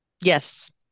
Yes